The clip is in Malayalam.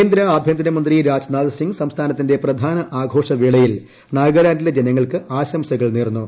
കേന്ദ്ര ആഭ്യന്തരമന്ത്രി രാജ് നാഥ് സിംഗ് സ്ക്ക്സ്ട്രാനത്തിന്റെ പ്രധാന ആഘോഷ വേളയിൽ നാഗാലാന്റില്ലെ ജനങ്ങൾക്ക് ആശംസകൾ നേർന്നു